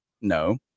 No